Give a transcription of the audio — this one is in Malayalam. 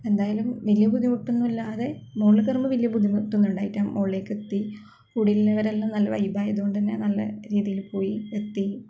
എന്തായാലും വലിയ ബുദ്ധിമുട്ട് ഒന്നും ഇല്ലാതെ മോളിൽ കയറുമ്പോൾ വലിയ ബുദ്ധിമുട്ട് ഒന്നും ഉണ്ടായിട്ടില്ല മോളിലേക്ക് എത്തി കൂടെയുള്ളവർ എല്ലാം നല്ല വൈബ് ആയതുകൊണ്ട് തന്നെ നല്ല രീതിയില് പോയി എത്തി